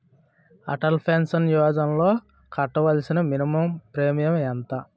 Atal pension యోజనలో కట్టవలసిన minimum premium ఎంత?